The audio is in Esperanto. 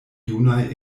junaj